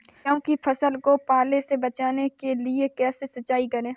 गेहूँ की फसल को पाले से बचाने के लिए कैसे सिंचाई करें?